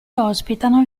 ospitano